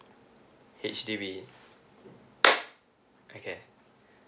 H_D_B okay